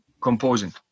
composing